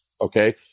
Okay